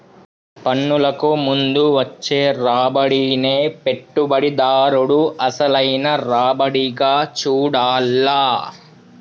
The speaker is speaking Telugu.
పన్నులకు ముందు వచ్చే రాబడినే పెట్టుబడిదారుడు అసలైన రాబడిగా చూడాల్ల